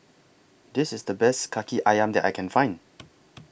This IS The Best Kaki Ayam that I Can Find